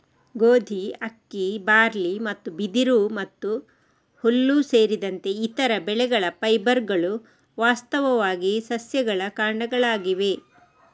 ಗೋಧಿ, ಅಕ್ಕಿ, ಬಾರ್ಲಿ ಮತ್ತು ಬಿದಿರು ಮತ್ತು ಹುಲ್ಲು ಸೇರಿದಂತೆ ಇತರ ಬೆಳೆಗಳ ಫೈಬರ್ಗಳು ವಾಸ್ತವವಾಗಿ ಸಸ್ಯಗಳ ಕಾಂಡಗಳಾಗಿವೆ